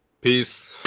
peace